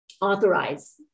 authorize